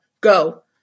Go